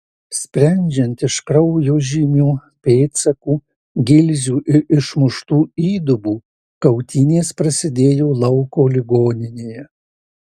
sprendžiant iš kraujo žymių pėdsakų gilzių ir išmuštų įdubų kautynės prasidėjo lauko ligoninėje